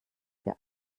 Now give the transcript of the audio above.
wir